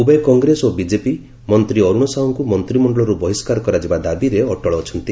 ଉଭୟ କଂଗ୍ରେସ ଓ ବିଜେପି ମନ୍ତୀ ଅରୁଣ ସାହୁଙ୍ଙୁ ମନ୍ତିମଣ୍ତଳରୁ ବହିଷ୍କାର କରାଯିବା ଦାବିରେ ଅଟଳ ଅଛନ୍ତି